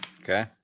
Okay